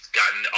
gotten